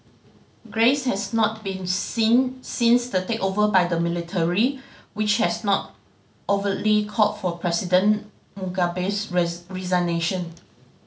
grace has not been seen since the takeover by the military which has not overtly called for President Mugabe's resignation